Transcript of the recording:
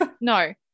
No